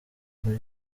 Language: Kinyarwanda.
muri